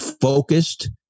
focused